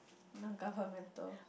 governmental